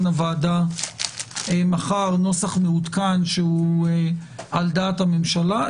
הוועדה מחר נוסח מעודכן שהוא על דעת הממשלה.